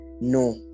no